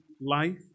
life